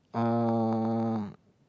um